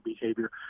behavior